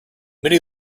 many